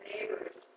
neighbors